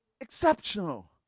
exceptional